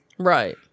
Right